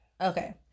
Okay